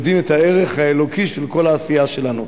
יודעים את הערך האלוקי של כל העשייה שלנו,